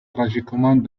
tragiquement